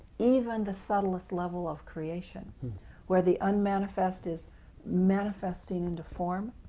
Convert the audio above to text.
even the subtlest level of creation where the unmanifest is manifesting into form.